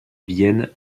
vienne